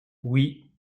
oui